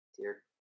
Dear